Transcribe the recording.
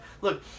Look